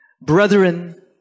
Brethren